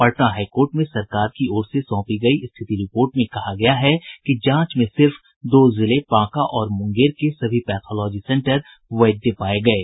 Patna high court में सरकार की ओर से सौंपी गयी स्थिति रिपोर्ट में कहा गया है कि जांच में सिर्फ दो जिले बांका और मूंगेर के सभी पैथोलॉजी सेंटर वैध पाये गये